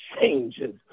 changes